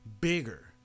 bigger